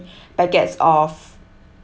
packets of